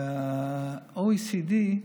ב-OECD,